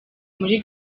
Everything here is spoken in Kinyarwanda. muri